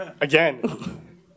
Again